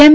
એમ